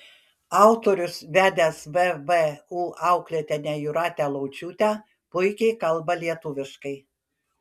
autorius vedęs vvu auklėtinę jūratę laučiūtę puikiai kalba lietuviškai